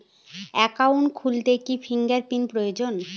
Account খুলতে কি fingerprint প্রয়োজন?